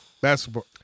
Basketball